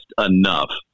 enough